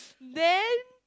then